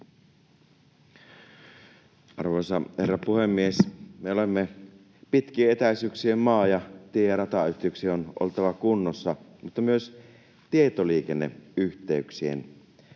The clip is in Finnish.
Arvoisa herra puhemies! Me olemme pitkien etäisyyksien maa, ja tie‑ ja ratayhteyksien on oltava kunnossa mutta myös tietoliikenneyhteyksien,